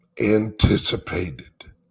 anticipated